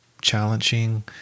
challenging